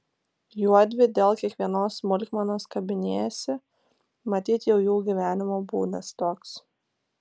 juodvi dėl kiekvienos smulkmenos kabinėjasi matyt jau jų gyvenimo būdas toks